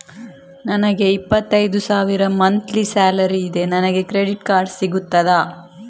ನನಗೆ ಇಪ್ಪತ್ತೈದು ಸಾವಿರ ಮಂತ್ಲಿ ಸಾಲರಿ ಇದೆ, ನನಗೆ ಕ್ರೆಡಿಟ್ ಕಾರ್ಡ್ ಸಿಗುತ್ತದಾ?